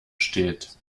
steht